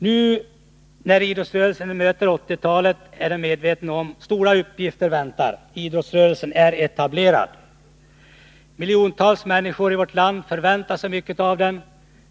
När nu idrottsrörelsen möter 80-talet är den medveten om att stora uppgifter väntar. Idrottsrörelsen är etablerad. Miljontals människor i vårt land förväntar sig mycket av den.